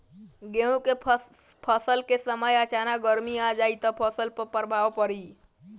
गेहुँ के फसल के समय अचानक गर्मी आ जाई त फसल पर का प्रभाव पड़ी?